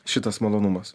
šitas malonumas